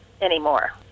anymore